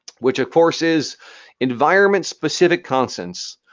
which of course is environment-specific constants.